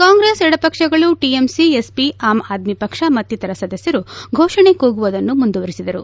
ಕಾಂಗ್ರೆಸ್ ಎಡಪಕ್ಷಗಳು TMC SP Aam Aadmi ಪಕ್ಷ ಮಕ್ತಿತರ ಸದಸ್ಯರು ಘೋಷಣೆ ಕೂಗುವುದನ್ನು ಮುಂದುವರೆಸಿದರು